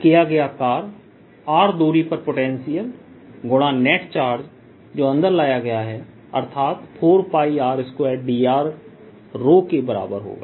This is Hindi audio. किया गया कार्य r दूरी पर पोटेंशियल गुणा नेट चार्ज जो अंदर लाया गया है अर्थात 4πr2dr ρ के बराबर होगा